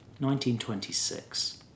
1926